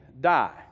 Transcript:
die